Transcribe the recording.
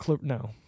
No